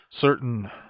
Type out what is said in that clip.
certain